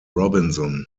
robinson